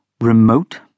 remote